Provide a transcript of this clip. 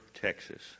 Texas